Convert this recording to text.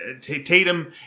Tatum